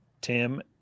Tim